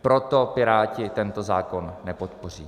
Proto Piráti tento zákon nepodpoří.